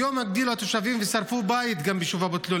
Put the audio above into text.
היום הגדילו התושבים ושרפו בית גם ביישוב אבו תלול.